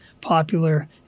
popular